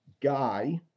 guy